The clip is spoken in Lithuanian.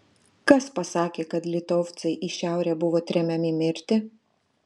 kas pasakė kad litovcai į šiaurę buvo tremiami mirti